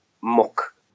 muck